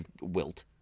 wilt